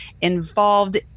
involved